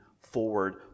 forward